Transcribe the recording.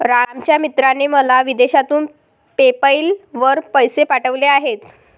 रामच्या मित्राने मला विदेशातून पेपैल वर पैसे पाठवले आहेत